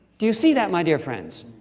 do you see that my dear friends?